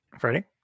freddie